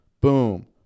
Boom